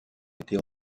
était